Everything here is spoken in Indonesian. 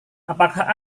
apakah